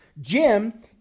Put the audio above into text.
Jim